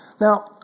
Now